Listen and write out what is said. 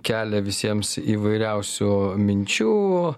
kelia visiems įvairiausių minčių